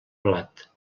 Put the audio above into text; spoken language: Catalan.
blat